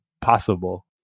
possible